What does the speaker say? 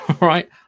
right